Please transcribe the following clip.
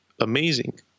amazing